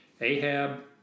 Ahab